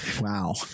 wow